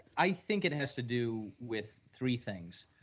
i think it has to do with three things.